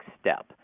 step